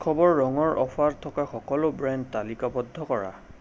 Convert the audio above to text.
উৎসৱৰ ৰঙৰ অ'ফাৰ থকা সকলো ব্ৰেণ্ড তালিকাবদ্ধ কৰা